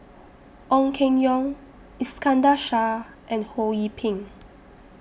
Ong Keng Yong Iskandar Shah and Ho Yee Ping